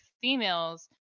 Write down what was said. females